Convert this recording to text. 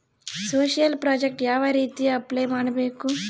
Social project ಯಾವ ರೇತಿ apply ಮಾಡಬೇಕು?